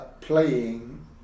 playing